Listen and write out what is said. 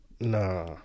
Nah